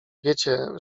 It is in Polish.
wiecie